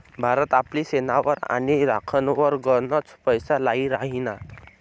भारत आपली सेनावर आणि राखनवर गनच पैसा लाई राहिना